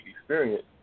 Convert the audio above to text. experience